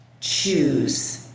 choose